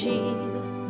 Jesus